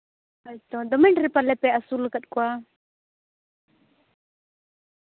ᱦᱳᱭᱛᱚ ᱫᱚᱢᱮ ᱰᱷᱮᱨ ᱯᱟᱞᱮ ᱯᱮ ᱟᱹᱥᱩᱞᱟᱠᱟᱫ ᱠᱚᱣᱟ